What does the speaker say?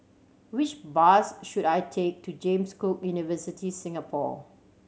which bus should I take to James Cook University Singapore